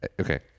okay